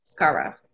Scara